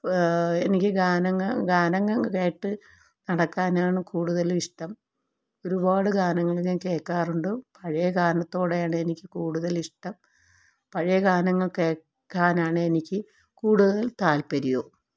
എനിക്ക് ഗാനങ്ങൾ കേട്ട് നടക്കാനാണ് കൂടുതലും ഇഷ്ടം ഒരുപാട് ഗാനങ്ങൾ ഞാൻ കേൾക്കാറുണ്ട് പഴയ ഗാനത്തോടാണ് എനിക്ക് കൂടുതൽ ഇഷ്ടം പഴയ ഗാനങ്ങൾ കേൾക്കാനാണ് എനിക്ക് കൂടുതൽ താൽപ്പര്യവും